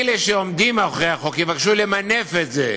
אלה שעומדים מאחורי החוק יבקשו למנף את זה,